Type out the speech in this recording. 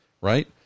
right